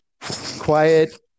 quiet